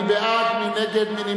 מי בעד?